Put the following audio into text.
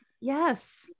yes